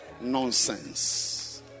Nonsense